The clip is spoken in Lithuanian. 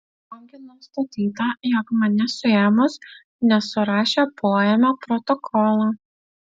ogi nustatyta jog mane suėmus nesurašė poėmio protokolo